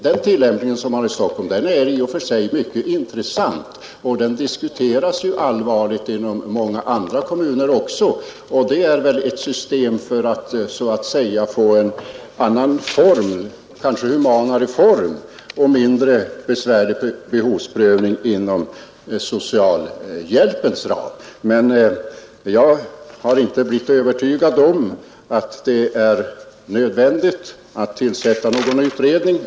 Den tillämpning som man har i Stockholm är i och för sig mycket intressant, och den diskuteras ju allvarligt också inom många andra kommuner. Det är väl ett system för att så att säga få en annan kanske humanare form och mindre besvärlig behovsprövning inom socialhjälpens ram, Men jag har inte blivit övertygad om att det är nödvändigt att tillsätta någon utredning.